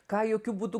ką jokiu būdu